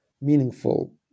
meaningful